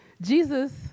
Jesus